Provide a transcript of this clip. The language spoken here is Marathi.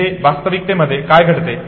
येथे वास्तविकतेमध्ये काय घडते